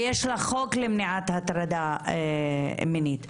ויש לה חוק למניעת הטרדה מינית,